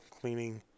cleaning